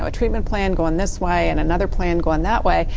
ah treatment plan going this way and another plan going that way.